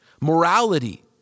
morality